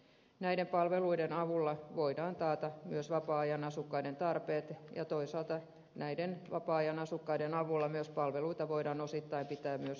näiden palveluiden avulla voidaan taata myös vapaa ajan asukkaiden tarpeet ja toisaalta näiden vapaa ajan asukkaiden avulla palveluita voidaan osittain pitää myös yllä